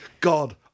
god